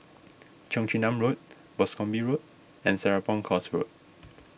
Cheong Chin Nam Road Boscombe Road and Serapong Course Road